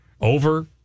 over